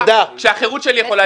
כשהחירות שלי יכולה להישלל.